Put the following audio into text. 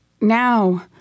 now